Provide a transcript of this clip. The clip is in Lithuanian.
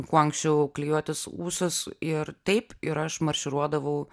kuo anksčiau klijuotis ūsus ir taip ir aš marširuodavau